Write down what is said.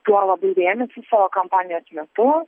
tuo labai rėmėsi savo kampanijos metu